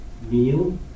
meal